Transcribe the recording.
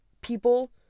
people